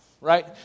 right